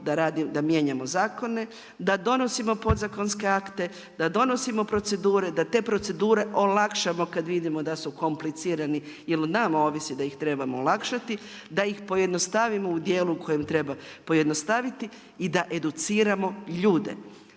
da mijenjamo zakone, da donosimo podzakonske akte, da donosimo procedure, da te procedure olakšamo kad vidimo da su komplicirani jer o nama ovisi da ih trebamo olakšati, da ih pojednostavimo u dijelu kojem treba pojednostaviti i da educiramo ljude.